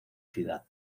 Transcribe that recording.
ciudad